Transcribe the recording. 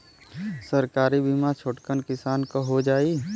सरकारी बीमा छोटकन किसान क हो जाई?